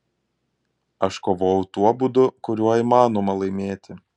aš kovojau tuo būdu kuriuo įmanoma laimėti